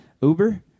Uber